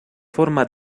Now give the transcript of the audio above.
forma